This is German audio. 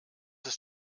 ist